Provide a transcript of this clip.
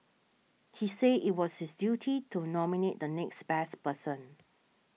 he said it was his duty to nominate the next best person